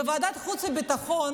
בוועדת חוץ וביטחון